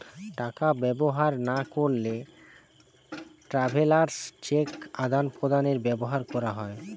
টাকা ব্যবহার না করলে ট্রাভেলার্স চেক আদান প্রদানে ব্যবহার করা হয়